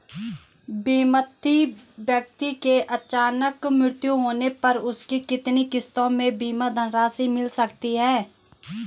बीमित व्यक्ति के अचानक मृत्यु होने पर उसकी कितनी किश्तों में बीमा धनराशि मिल सकती है?